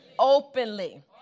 openly